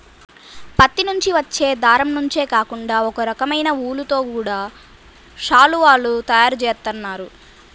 పత్తి నుంచి వచ్చే దారం నుంచే కాకుండా ఒకరకమైన ఊలుతో గూడా శాలువాలు తయారు జేత్తన్నారు